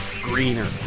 Greener